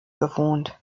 bewohnt